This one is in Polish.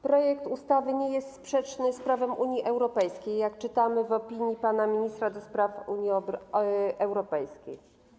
Projekt ustawy nie jest sprzeczny z prawem Unii Europejskiej, jak czytamy w opinii pana ministra do spraw Unii Europejskiej.